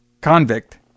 Convict